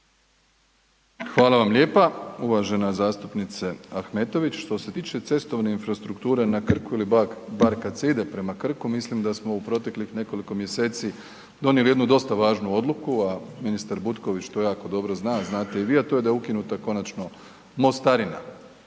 Hvala vam lijepa uvažena zastupnice Ahmetović. Što se tiče cestovne infrastrukture na Krku ili bar kad se ide prema Krku mislim da smo u proteklih nekoliko mjeseci donijeli jednu dosta važnu odluku, a ministar Butković to jako dobro zna, znate i vi, a to je da je ukinuta konačno mostarina